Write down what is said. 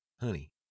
honey